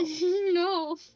no